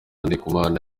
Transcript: ndikumana